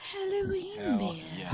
Halloween